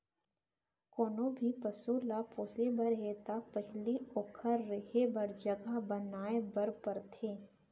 कोनों भी पसु ल पोसे बर हे त सबले पहिली ओकर रहें बर जघा बनाए बर परथे